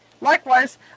Likewise